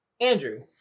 Andrew